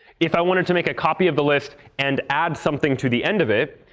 if i wanted to make a copy of the list and add something to the end of it,